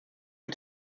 mit